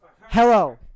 Hello